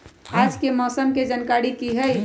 आज के मौसम के जानकारी कि हई?